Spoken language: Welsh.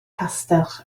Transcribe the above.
castell